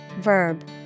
verb